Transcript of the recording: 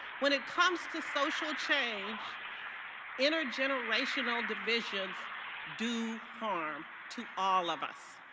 when it comes to social change intergenerational divisions do harm to all of us.